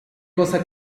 cosa